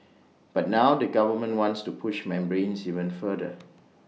but now the government wants to push membranes even further